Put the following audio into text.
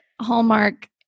Hallmark